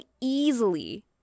easily